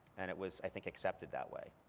and it was i think accepted that way.